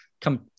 come